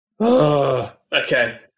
okay